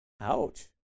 Ouch